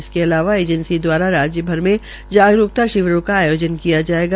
इसके अलावा एजैंसी दवारा राज्यभर में जागरूकता शिविरों को आयोजन किया जाएगा